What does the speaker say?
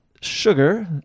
sugar